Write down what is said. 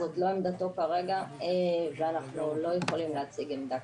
זאת לא עמדתו כרגע ואנחנו לא יכולים להציג עמדה,